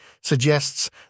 suggests